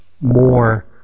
more